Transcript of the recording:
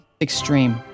extreme